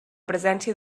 presència